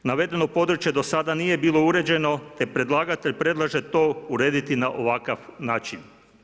Navedeno područje do sada nije bilo uređeno te predlagatelj predlaže to urediti na ovakav način.